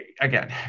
Again